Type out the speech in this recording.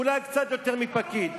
אולי קצת יותר מפקיד.